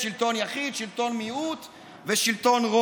שלוש דקות, בבקשה.